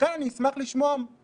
ולכן אני אשמח לשמוע למה.